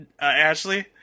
Ashley